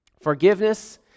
Forgiveness